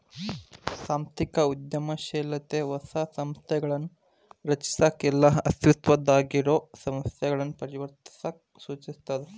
ಸಾಂಸ್ಥಿಕ ಉದ್ಯಮಶೇಲತೆ ಹೊಸ ಸಂಸ್ಥೆಗಳನ್ನ ರಚಿಸಕ ಇಲ್ಲಾ ಅಸ್ತಿತ್ವದಾಗಿರೊ ಸಂಸ್ಥೆಗಳನ್ನ ಪರಿವರ್ತಿಸಕ ಸೂಚಿಸ್ತದ